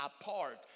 apart